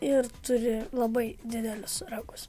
ir turi labai didelius ragus